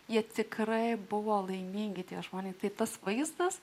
jie tikrai buvo laimingi tie žmonės tai tas vaizdas